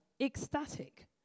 ecstatic